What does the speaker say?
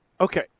okay